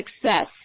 success